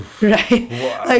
right